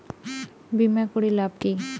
বিমা করির লাভ কি?